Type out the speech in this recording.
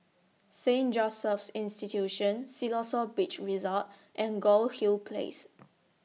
Saint Joseph's Institution Siloso Beach Resort and Goldhill Place